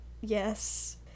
Yes